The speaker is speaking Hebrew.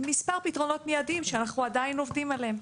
מספר פתרונות מידיים שאנחנו עדיין עובדים עליהם.